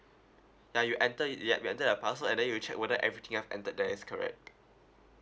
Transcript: ya you enter it yup you enter the password and then you check whether everything I've entered there is correct